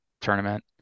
tournament